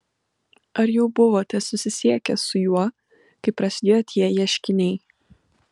ar jau buvote susisiekęs su juo kai prasidėjo tie ieškiniai